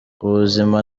ubuzima